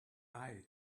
eye